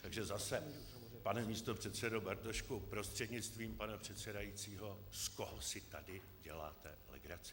Takže zase, pane místopředsedo Bartošku prostřednictvím pana předsedajícího, z koho si tady děláte legraci?